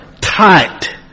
tight